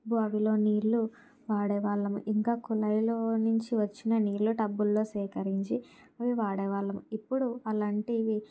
బావిలో నీళ్ళు వాడే వాళ్ళము ఇంకా కుళాయిలో నుంచి వచ్చిన నీళ్ళు టబ్బుల్లో సేకరించి అవి వాడే వాళ్ళము ఇప్పుడు అలాంటివి